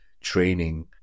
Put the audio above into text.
training